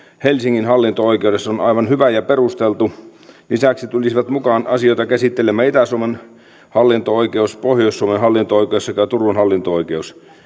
helsingin hallinto oikeudessa on aivan hyvä ja perusteltu lisäksi tulisivat mukaan asioita käsittelemään itä suomen hallinto oikeus pohjois suomen hallinto oikeus sekä turun hallinto oikeus